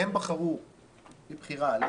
רגע, אני לא מבקש שתעזרו לי, אני יודע לדבר,